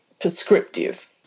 prescriptive